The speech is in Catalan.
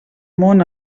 món